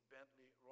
Bentley